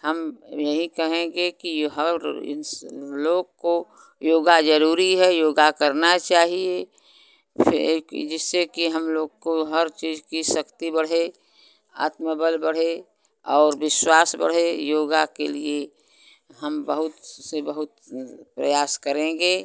हम यही कहेंगे कि हर इंस लोग को योग जरूरी है योग करना चाहिए फिर कि जिससे कि हम लोग को हर चीज की शक्ति बढ़े आत्मबल बढ़े और विश्वास बढ़े योग के लिए हम बहुत से बहुत प्रयास करेंगे